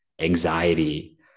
anxiety